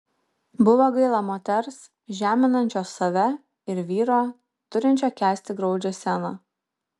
buvo gaila moters žeminančios save ir vyro turinčio kęsti graudžią sceną